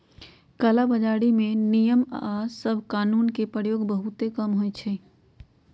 कला बजारी में नियम सभ आऽ कानून के प्रयोग बहुते कम होइ छइ